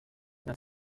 not